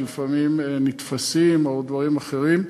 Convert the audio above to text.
שלפעמים נתפסים או דברים אחרים.